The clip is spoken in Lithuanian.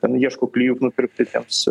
ten ieško klijų nupirkti ten su